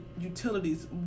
utilities